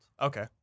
Okay